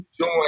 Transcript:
join